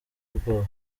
ubwoba